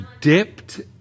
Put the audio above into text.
dipped